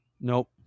Nope